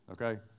Okay